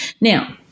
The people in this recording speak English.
Now